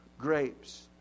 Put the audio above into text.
grapes